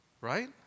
right